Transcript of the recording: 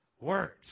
words